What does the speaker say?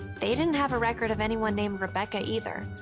they didn't have a record of anyone named rebecca either.